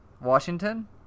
Washington